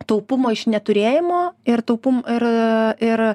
taupumo iš neturėjimo ir taupum ir ir